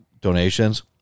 donations